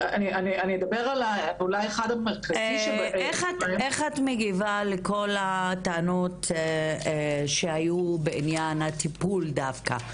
איך את מגיבה לכל הטענות שהיו בעניין הטיפול דווקא,